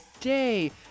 day